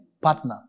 Partner